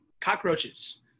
Cockroaches